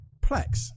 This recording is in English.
Plex